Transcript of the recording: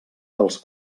dels